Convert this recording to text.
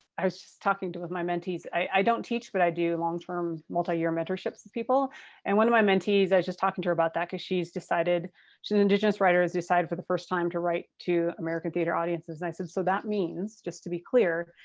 i was just talking with my mentees. i don't teach, but i do long term multi-year mentorships with people and one of my mentees, i just talking to her about that because she's decided she's an indigenous writer who's decided for the first time to write to american theater audiences so i said so that means, just to be clear,